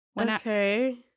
Okay